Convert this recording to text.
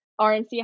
RNC